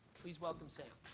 please welcome sam.